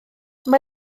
mae